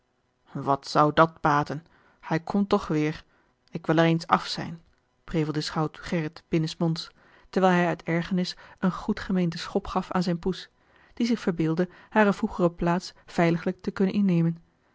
wat zou dàt baten hij komt toch weêr ik wil er eens af zijn prevelde schout gerrit binnensmonds terwijl hij uit ergernis een goed gemeenden schop gaf aan zijne poes die zich verbeeldde hare vroegere plaats veiliglijk te kunnen innemen